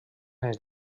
anys